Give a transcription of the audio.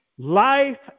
life